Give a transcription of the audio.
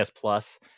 Plus